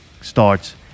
starts